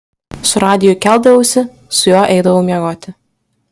su radiju keldavausi su juo eidavau miegoti